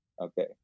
Okay